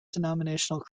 denominational